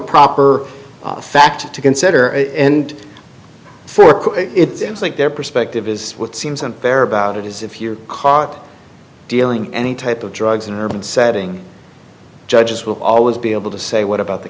consider and it was like their perspective is what seems unfair about it is if you're caught dealing any type of drugs in an urban setting judges will always be able to say what about the